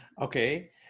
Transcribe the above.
Okay